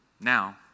Now